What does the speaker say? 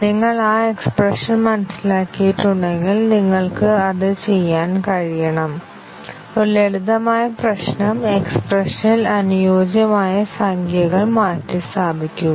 നിങ്ങൾ ആ എക്സ്പ്രെഷൻ മനസ്സിലാക്കിയിട്ടുണ്ടെങ്കിൽ നിങ്ങൾക്ക് അത് ചെയ്യാൻ കഴിയണം ഒരു ലളിതമായ പ്രശ്നം എക്സ്പ്രഷനിൽ അനുയോജ്യമായ സംഖ്യകൾ മാറ്റിസ്ഥാപിക്കുക